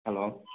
hello